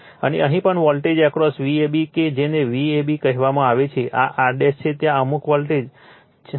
અને અહીં પણ વોલ્ટેજ એક્રોસ Vab કે જેને Vab કહેવામાં આવે છે આ R છે ત્યાં અમુક વોલ્ટેજ હશે